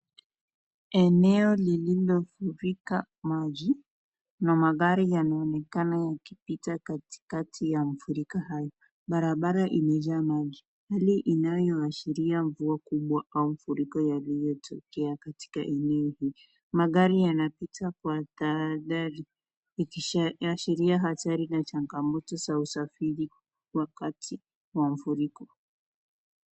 Eneo lililo furika maji na magari yanaonekana yakipita katikati ya mfurika hayo. Barabara imejaa maji, hali inayoashiria mvua kubwa au mfuriko yaliyotokea katika eneo hii. magari yanapita kwa tahadhari ikiashiria hatari na changamoto za usafiri wakati wa mfuriko.